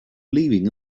leaving